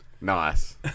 Nice